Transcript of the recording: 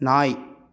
நாய்